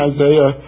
Isaiah